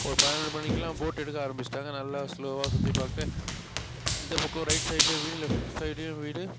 ஒரு பதினோரு மணிக்கெல்லாம் போட் எடுக்க ஆரம்மிச்சிட்டாங்க நல்லா ஸ்லோவாக சுற்றி பாக்கட்டு இந்தப் பக்கம் ரைட் சைட்லேயும் வீடு லெஃப்ட் சைட்லேயும் வீடு